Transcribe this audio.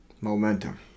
Momentum